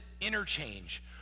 interchange